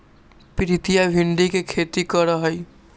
प्रीतिया भिंडी के खेती करा हई